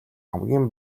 хамгийн